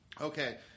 Okay